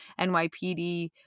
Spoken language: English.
NYPD